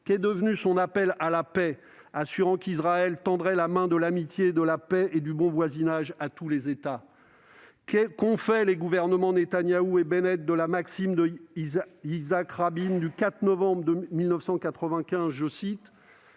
Qu'est devenu son appel à la paix, assurant qu'Israël tendait « la main de l'amitié, de la paix et du bon voisinage à tous les États »? Qu'ont fait les gouvernements Netanyahu et Bennett de la déclaration de Yitzhak Rabin du 4 novembre 1995 :